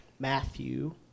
Matthew